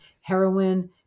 Heroin